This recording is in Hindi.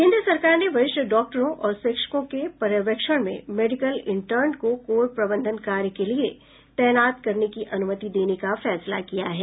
केन्द्र सरकार ने वरिष्ठ डॉक्टरों और शिक्षकों के पर्यवेक्षण में मेडिकल इंटर्न को कोविड प्रबंधन कार्य के लिए तैनात करने की अनुमति देने का फैसला किया है